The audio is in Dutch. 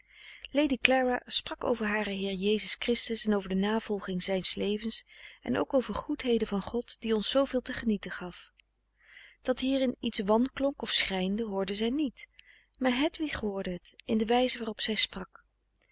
lady clara sprak over haren heer jezus christus en over de navolging zijns levens en ook over goedheden van god die ons zooveel te genieten gaf dat hierin iets wanklonk of schrijnde hoorde zij niet maar hedwig hoorde het in de wijze waarop zij sprak